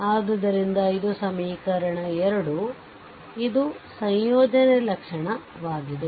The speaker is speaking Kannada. ಆದ್ದರಿಂದ ಇದು ಸಮೀಕರಣ 2 ಇದು ಸಂಯೋಜನೆ ಲಕ್ಷಣವಾಗಿದೆ